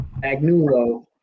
Magnulo